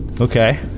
Okay